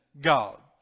God